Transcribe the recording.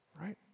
right